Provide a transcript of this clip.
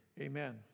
amen